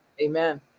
Amen